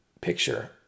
picture